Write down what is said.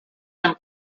him